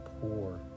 poor